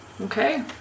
Okay